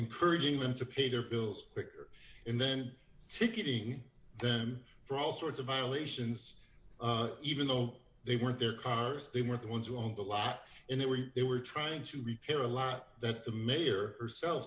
encouraging them to pay their bills quicker and then ticketing them for all sorts of violations even though they weren't their cars they were the ones who owned the lot in that were they were trying to repair a lot that the mayor herself